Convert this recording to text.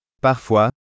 Parfois